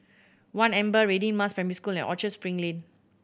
One Amber Radin Mas Primary School and Orchard Spring Lane